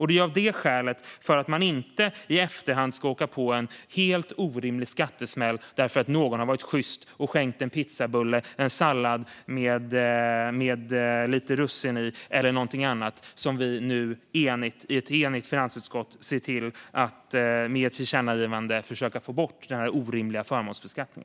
Det är av det skälet, för att man inte i efterhand ska åka på en helt orimlig skattesmäll därför att någon har varit sjyst och skänkt en pizzabulle, en sallad med lite russin i eller något annat, som vi i ett enigt finansutskott med ett tillkännagivande nu försöker få bort denna orimliga förmånsbeskattning.